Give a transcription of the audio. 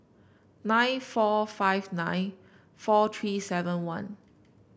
nine four five nine four three seven one